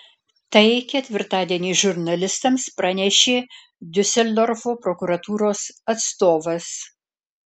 tai ketvirtadienį žurnalistams pranešė diuseldorfo prokuratūros atstovas